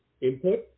input